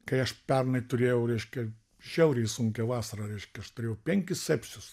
kai aš pernai turėjau reiškia žiauriai sunkią vasarą reiškia aš turėjau penkis sepsius